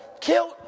killed